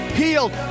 healed